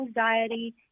anxiety